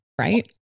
right